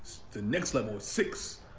the next level is six.